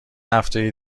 هفته